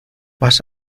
vas